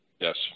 Yes